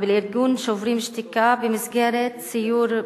לארגון "שוברים שתיקה" במסגרת סיור בחברון,